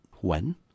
When